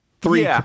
three